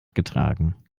getragen